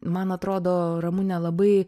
man atrodo ramune labai